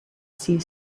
see